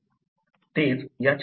तेच या चित्रात दाखवले आहे